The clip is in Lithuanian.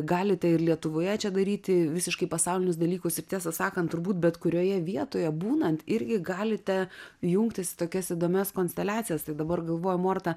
galite ir lietuvoje čia daryti visiškai pasaulinius dalykus ir tiesą sakant turbūt bet kurioje vietoje būnant irgi galite jungtis į tokias įdomias konsteliacijas tai dabar galvoju morta